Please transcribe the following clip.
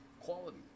quality